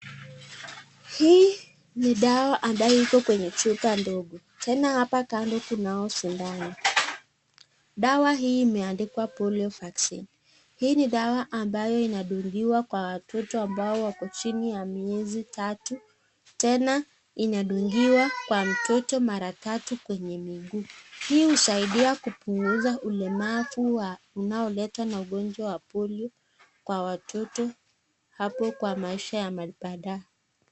Hii ni dawa ambayo Iko kwenye chupa ndogo tena hapa kando tunao sindano, dawa hii imeandikwa polio vaccine hii ni dawa ambayo inadungiwa kwa watoto wenye wako chini ya miezi tatu, tena inatungiwa kwa mtoto mara tatu kwenye miguu hii inasaidia kubunguza ulemavu unaoletwa na ugonjwa ya polio kwa watoto hapo kwa maisha ya badaye.